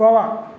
Goa